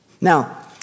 Now